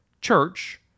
church